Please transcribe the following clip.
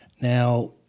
Now